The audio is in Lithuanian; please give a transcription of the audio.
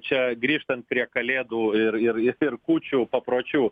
čia grįžtant prie kalėdų ir ir ir kūčių papročių